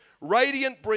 Radiant